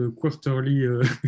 quarterly